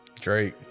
Drake